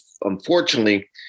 unfortunately